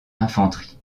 infanterie